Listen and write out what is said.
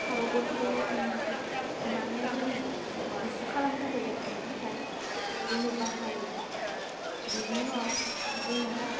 खारौ गनखौ माने जोङो गु गुसु खालामनो थाखाय एरखावनो थाखाय जोङो बाहायो बिनि उनाव जोङो